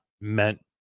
meant